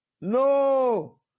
No